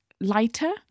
lighter